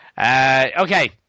Okay